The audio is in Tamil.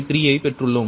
6153 ஐப் பெற்றுள்ளோம்